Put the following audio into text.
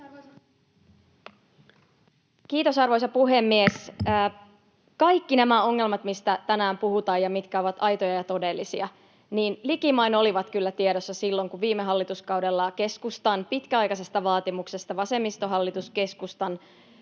Kiitos, arvoisa puhemies! Kaikki nämä ongelmat, mistä tänään puhutaan ja mitkä ovat aitoja ja todellisia, likimain olivat kyllä tiedossa silloin kun viime hallituskaudella keskustan pitkäaikaisesta vaatimuksesta vasemmistohallitus keskustan